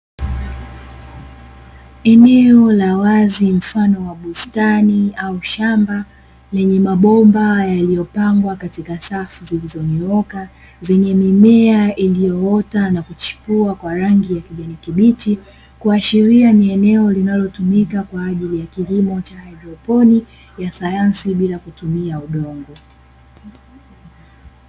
Eneo la wazi mfano wa bustani au shamba lenye mabomba yaliyopangwa katika safu zilizonyooka, zenye mimea iliyoota na kuchipua kwa rangi ya kijani kibichi, kuashiria ni eneo linalotumika kwa ajili ya kilimo cha haidroponi ya sayansi bila kutumia udongo.